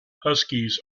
huskies